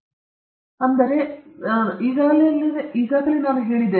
ನಾನು ಈಗಾಗಲೇ ಆರಂಭದಲ್ಲಿ ಸೂಚಿಸಿದೆ